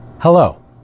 Hello